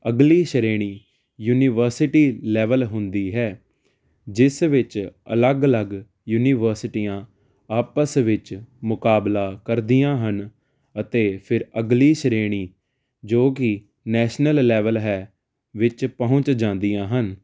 ਅਗਲੀ ਸ਼੍ਰੇਣੀ university level ਹੁੰਦੀ ਹੈ ਜਿਸ ਵਿੱਚ ਅਲੱਗ ਅਲੱਗ ਯੂਨੀਵਰਸਿਟੀਆਂ ਆਪਸ ਵਿੱਚ ਮੁਕਾਬਲਾ ਕਰਦੀਆਂ ਹਨ ਅਤੇ ਫਿਰ ਅਗਲੀ ਸ਼੍ਰੇਣੀ ਜੋ ਕੀ ਨੈਸ਼ਨਲ ਲੈਵਲ ਹੈ ਵਿੱਚ ਪਹੁੰਚ ਜਾਂਦੀਆਂ ਹਨ